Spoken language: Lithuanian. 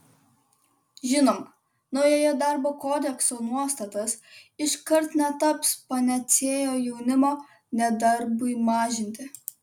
žinoma naujojo darbo kodekso nuostatos iškart netaps panacėja jaunimo nedarbui mažinti